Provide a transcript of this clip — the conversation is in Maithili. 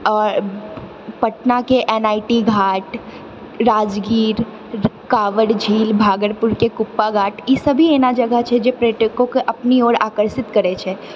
आओर पटनाके N I T Ghat Rajgir Kawar झील भागलपुरके कुप्पा घाट ई सभी एना जगह छै जे पर्यटकोके अपनी ओर आकर्षित करैत छै